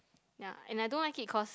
ya and I don't like it cause